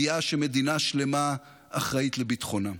דן בידיעה שמדינה שלמה אחראית לביטחונם.